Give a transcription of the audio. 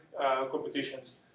competitions